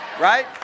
Right